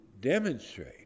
demonstrate